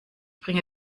bringe